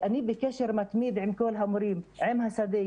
אני בקשר מתמיד עם כל המורים, עם השדה.